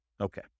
Okay